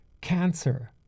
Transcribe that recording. cancer